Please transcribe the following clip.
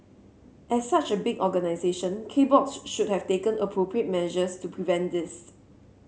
as such a big organisation K Box should have taken appropriate measures to prevent this